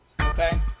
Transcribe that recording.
Okay